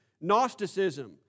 Gnosticism